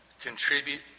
contribute